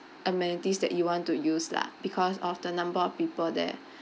amenities that you want to use lah because of the number of people there